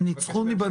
מה השתנה?